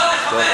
בוא, תכבד.